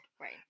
right